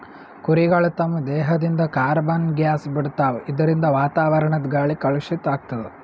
ಕುರಿಗಳ್ ತಮ್ಮ್ ದೇಹದಿಂದ್ ಕಾರ್ಬನ್ ಗ್ಯಾಸ್ ಬಿಡ್ತಾವ್ ಇದರಿಂದ ವಾತಾವರಣದ್ ಗಾಳಿ ಕಲುಷಿತ್ ಆಗ್ತದ್